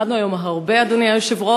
למדנו היום הרבה, אדוני היושב-ראש.